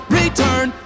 return